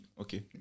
Okay